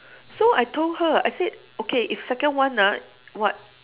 so I told her I said okay if second one ah what